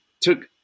took